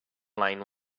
lane